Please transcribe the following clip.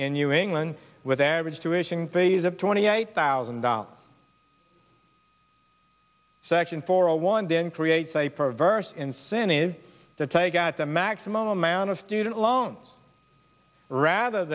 in new england with average tuition fees of twenty eight thousand dollars section for a while and then creates a perverse incentive to take out the maximum amount of student loans rather